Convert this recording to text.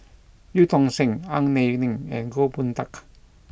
Eu Tong Sen Ang Wei Neng and Goh Boon Teck